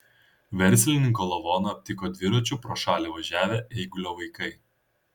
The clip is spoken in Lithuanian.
verslininko lavoną aptiko dviračiu pro šalį važiavę eigulio vaikai